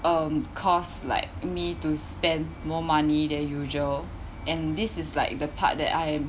um caused like me to spend more money than usual and this is like the part that I am